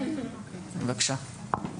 בבקשה.